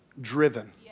driven